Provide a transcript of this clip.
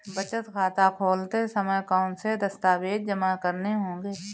बचत खाता खोलते समय कौनसे दस्तावेज़ जमा करने होंगे?